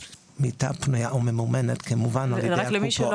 מיטה פנויה וממומנת על ידי הקופות.